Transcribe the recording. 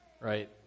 Right